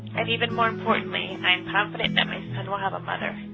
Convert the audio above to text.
and even more importantly, i am confident that my son will have a mother.